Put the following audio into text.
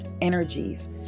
energies